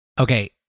okay